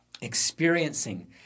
experiencing